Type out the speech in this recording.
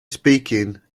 speaking